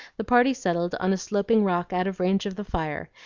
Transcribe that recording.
the party settled on a sloping rock out of range of the fire,